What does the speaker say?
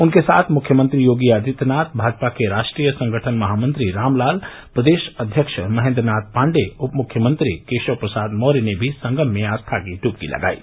उनके साथ मुख्यमंत्री योगी आदित्यनाथ भाजपा के राष्ट्रीय संगठन महामंत्री रामलाल प्रदेश अध्यक्ष महेन्द्र नाथ पाण्डेय उप मुख्यमंत्री केशव प्रसाद मौर्य ने भी संगम में आस्था की ड्बकी लगायी